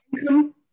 income